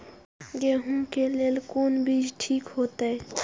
गेहूं के लेल कोन बीज ठीक होते?